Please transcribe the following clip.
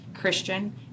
Christian